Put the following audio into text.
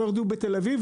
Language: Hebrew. לא יורדים בתל אביב,